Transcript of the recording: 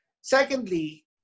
Secondly